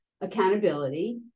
accountability